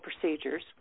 procedures